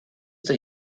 the